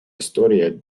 historia